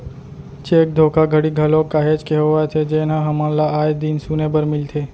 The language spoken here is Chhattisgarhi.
चेक धोखाघड़ी घलोक काहेच के होवत हे जेनहा हमन ल आय दिन सुने बर मिलथे